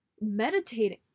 meditating